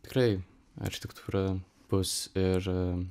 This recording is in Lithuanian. tikrai architektūra bus ir